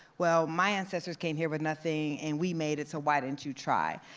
well, my ancestors came here with nothing, and we made it, so why didn't you try?